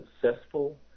successful